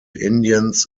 indians